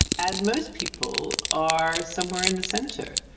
and most people are somewhere in the centre.